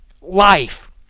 life